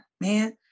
man